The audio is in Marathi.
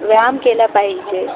व्यायाम केला पाहिजे